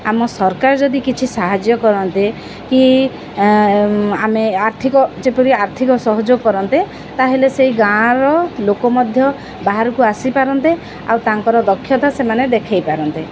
ଆମ ସରକାର ଯଦି କିଛି ସାହାଯ୍ୟ କରନ୍ତେ କି ଆମେ ଆର୍ଥିକ ଯେପରି ଆର୍ଥିକ ସହଯୋଗ କରନ୍ତେ ତାହେଲେ ସେଇ ଗାଁର ଲୋକ ମଧ୍ୟ ବାହାରକୁ ଆସିପାରନ୍ତେ ଆଉ ତାଙ୍କର ଦକ୍ଷତା ସେମାନେ ଦେଖେଇ ପାରନ୍ତେ